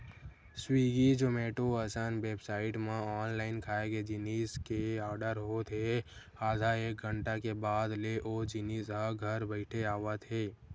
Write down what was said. Swiggy, Zomato असन website म online खाए के जिनिस के आरडर होत हे आधा एक घंटा के बाद ले ओ जिनिस ह घर बइठे आवत हे